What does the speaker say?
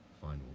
final